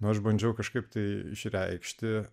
aš bandžiau kažkaip tai išreikšti